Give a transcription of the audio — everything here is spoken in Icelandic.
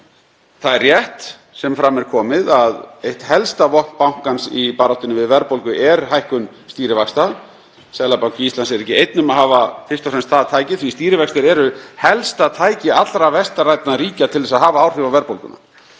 Það er rétt sem fram hefur komið að eitt helsta vopn bankans í baráttunni við verðbólgu er hækkun stýrivaxta. Seðlabanki Íslands er ekki einn um að hafa fyrst og fremst það tæki því að stýrivextir eru helsta tæki allra vestrænna ríkja til að hafa áhrif á verðbólguna.